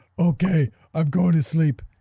ok i'm going to sleep.